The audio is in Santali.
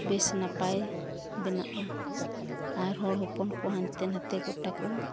ᱵᱮᱥ ᱱᱟᱯᱟᱭ ᱵᱮᱱᱟᱜᱼᱟ ᱟᱨ ᱦᱚᱲ ᱦᱚᱯᱚᱱ ᱠᱚᱦᱚᱸ ᱦᱟᱱᱛᱮ ᱱᱟᱛᱮ ᱜᱳᱴᱟ ᱠᱚ